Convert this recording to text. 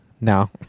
No